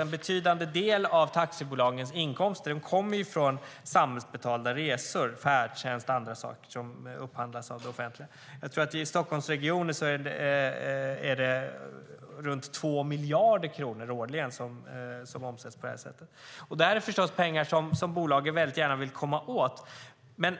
En betydande del av taxibolagens inkomster kommer från samhällsbetalda resor, färdtjänst och annat som upphandlas av det offentliga. I Stockholmsregionen är det runt 2 miljarder kronor årligen som omsätts på det här sättet. Det här är förstås pengar som bolagen väldigt gärna vill komma åt.